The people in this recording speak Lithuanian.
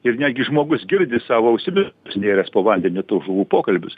ir netgi žmogus girdi savo ausimis pasinėręs po vandeniu tų žuvų pokalbius